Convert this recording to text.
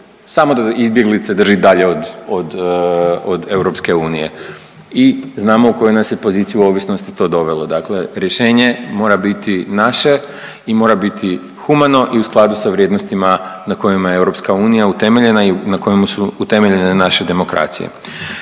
samo da izbjeglice drži dalje od EU. I znamo u koju nas je poziciju ovisnosti to dovelo. Dakle, rješenje mora biti naše i mora biti humanu i u skladu sa vrijednostima na kojima je EU utemeljena i na kojemu su utemeljene naše demokracije.